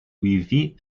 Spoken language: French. suivi